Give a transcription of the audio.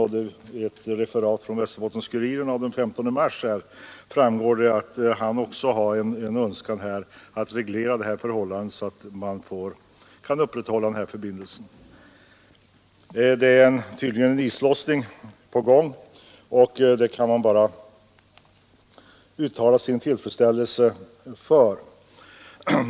Av ett referat i Västerbottens-Kuriren av den 15 mars framgår det att han också har en önskan att reglera förhållandena så att man kan upprätthålla de här förbindelserna. Tydligen är en islossning på gång, och det kan man bara uttala sin tillfredsställelse över.